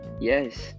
Yes